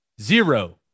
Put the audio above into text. zero